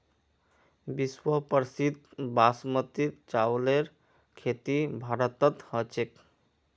विश्व प्रसिद्ध बासमतीर चावलेर खेती भारतत ह छेक